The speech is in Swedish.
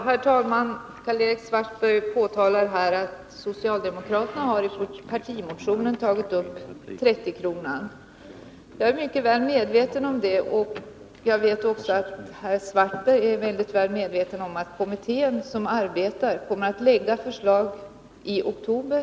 Herr talman! Karl-Erik Svartberg påtalar att socialdemokraterna i sin partimotion har tagit upp kravet på 30 kr. Jag är mycket väl medveten om det, och jag vet också att herr Svartberg är väl medveten om att den kommitté som arbetar kommer att lägga fram förslag i oktober.